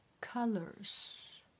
Colors